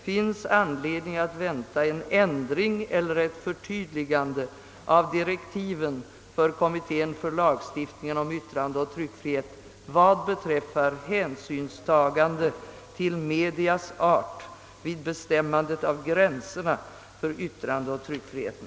Finns anledning att vänta en ändring eller ett förtydligande av direktiven för kommittén för lagstiftningen om yttrandeoch tryckfrihet vad beträffar hänsynstagande till medias art vid bestämmandet av gränserna för yttrandeoch tryckfriheten?